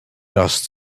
dust